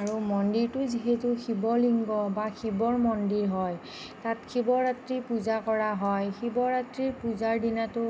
আৰু মন্দিৰটো যিহেতু শিৱ লিংগ বা শিৱৰ মন্দিৰ হয় তাত শিৱৰাত্ৰি পূজা কৰা হয় শিৱৰাত্ৰি পূজাৰ দিনাটো